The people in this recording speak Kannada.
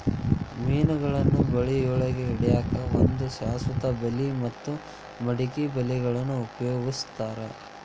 ಮೇನಗಳನ್ನ ಬಳಿಯೊಳಗ ಹಿಡ್ಯಾಕ್ ಒಂದು ಶಾಶ್ವತ ಬಲಿ ಮತ್ತ ಮಡಕಿ ಬಲಿಗಳನ್ನ ಉಪಯೋಗಸ್ತಾರ